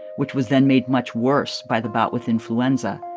which was then made much worse by the bout with influenza.